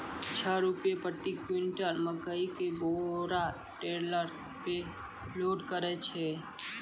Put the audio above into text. छह रु प्रति क्विंटल मकई के बोरा टेलर पे लोड करे छैय?